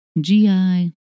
GI